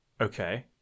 Okay